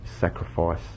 sacrifice